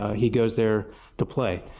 he goes there to play.